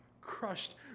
crushed